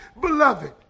Beloved